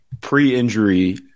pre-injury